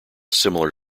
similar